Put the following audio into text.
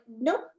nope